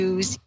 Use